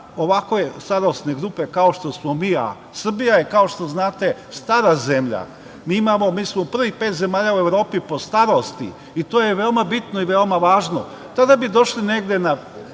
ovakve starosne grupe kao što smo mi, a Srbija je kao što znate stara zemlji, mi smo u prvih pet zemalja u Evropi po starosti i to je veoma bitno i veoma važno, tada bi došli negde na